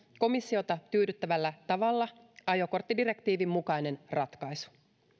komissiota tyydyttävällä tavalla ajokorttidirektiivin mukainen ratkaisu